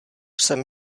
jsem